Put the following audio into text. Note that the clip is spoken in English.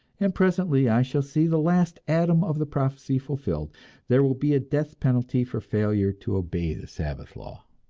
and presently i shall see the last atom of the prophecy fulfilled there will be a death penalty for failure to obey the sabbath law!